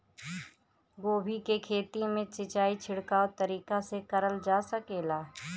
गोभी के खेती में सिचाई छिड़काव तरीका से क़रल जा सकेला?